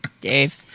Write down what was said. Dave